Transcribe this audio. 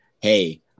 hey